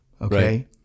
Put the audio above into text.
okay